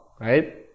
Right